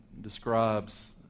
describes